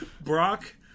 Brock